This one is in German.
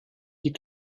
die